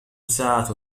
ساعة